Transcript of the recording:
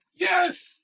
yes